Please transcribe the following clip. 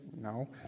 No